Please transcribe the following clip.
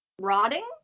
rotting